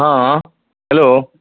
हँ हेलो